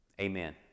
Amen